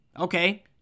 Okay